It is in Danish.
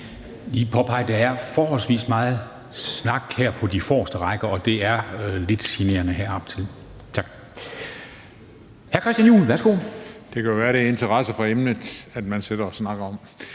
påpege, at der er forholdsvis meget snak her på de forreste rækker, og det er lidt generende heroppe. Tak. Hr. Christian Juhl, værsgo. Kl. 21:22 Christian Juhl (EL): Det kan jo være, at det er på grund af interesse for emnet, at man sidder og snakker.